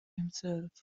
himself